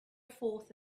forth